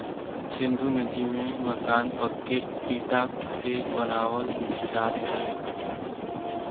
सिन्धु घाटी में मकान पक्के इटा से बनावल जात रहे